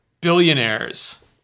billionaires